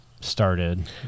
started